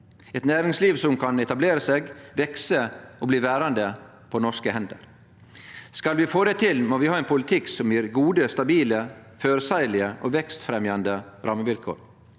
eit næringsliv som kan etablere seg, vekse og bli verande på norske hender. Skal vi få det til, må vi ha ein politikk som gjev gode, stabile, føreseielege og vekstfremjande rammevilkår.